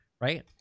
Right